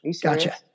Gotcha